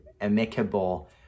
amicable